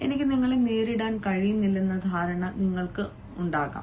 എനിക്ക് നിങ്ങളെ നേരിടാൻ കഴിയില്ലെന്ന ധാരണയും നിങ്ങൾക്കുണ്ടാകാം